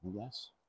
Yes